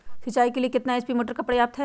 सिंचाई के लिए कितना एच.पी मोटर पर्याप्त है?